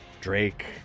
Drake